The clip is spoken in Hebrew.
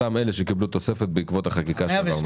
אותם אלה שקיבלו תוספת בעקבות החקיקה שהעברנו.